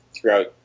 throughout